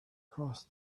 across